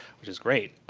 which is great.